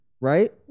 right